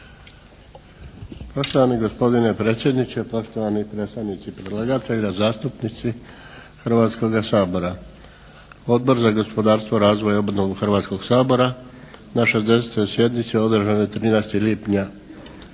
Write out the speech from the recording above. Poštovani gospodine predsjedniče, poštovani predstavnici predlagatelja, zastupnici Hrvatskoga sabora. Odbor za gospodarstvo, razvoj i obnovu Hrvatskog sabora na 60. sjednici održanoj 13. lipnja